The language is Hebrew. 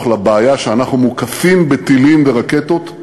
לבעיה שאנחנו מוקפים בטילים וברקטות.